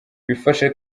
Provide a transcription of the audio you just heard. bifasha